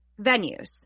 venues